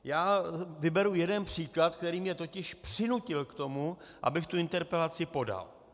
Já vyberu jeden příklad, který mě totiž přinutil k tomu, abych tu interpelaci podal.